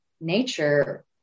nature